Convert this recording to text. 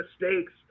mistakes